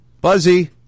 Buzzy